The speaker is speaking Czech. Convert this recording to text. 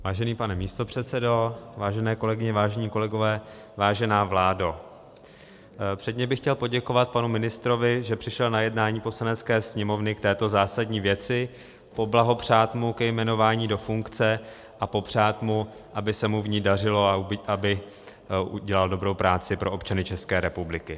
Vážený pane místopředsedo, vážené kolegyně, vážení kolegové, vážená vládo, předně bych chtěl poděkovat panu ministrovi, že přišel na jednání Poslanecké sněmovny k této zásadní věci, poblahopřát mu ke jmenování do funkce a popřát mu, aby se mu v ní dařilo a aby udělal dobrou práci pro občany České republiky.